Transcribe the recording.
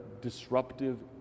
disruptive